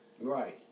right